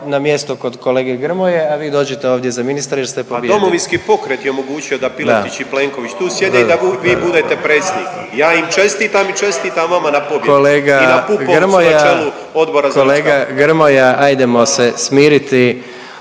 na mjesto kod kolege Grmoje, a vi dođite ovdje za ministra jer ste pobijedili. …/Upadica Grmoja: Pa DP je omogućio da Piletić i Plenković tu sjede i da vi budete predsjednik. Ja im čestitam i čestitam vama na pobjedi i na PUpovcu na čelu Odbora